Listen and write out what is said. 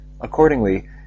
Accordingly